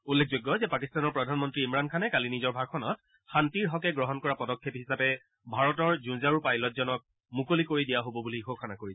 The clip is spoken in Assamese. উল্লেখযোগ্য যে পাকিস্তানৰ প্ৰধানমন্ত্ৰী ইমৰাণ খানে কালি নিজৰ ভাষণত শান্তিৰ হকে গ্ৰহণ কৰা পদক্ষেপ হিচাপে ভাৰতৰ যুঁজাৰু পাইলটজনক মুকলি কৰি দিয়া হ'ব বুলি ঘোষণা কৰিছিল